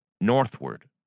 northward